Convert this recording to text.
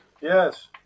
Yes